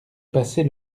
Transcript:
passer